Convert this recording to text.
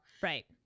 Right